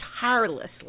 tirelessly